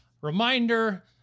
reminder